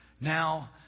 Now